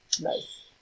Nice